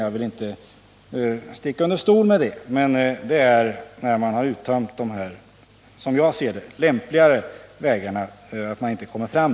Jag vill inte sticka under stol med det, men det gäller först när man inte längre kommer fram på de här, som jag ser det, lämpligare vägarna.